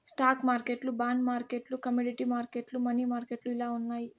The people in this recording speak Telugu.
స్టాక్ మార్కెట్లు బాండ్ మార్కెట్లు కమోడీటీ మార్కెట్లు, మనీ మార్కెట్లు ఇలా ఉన్నాయి